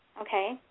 okay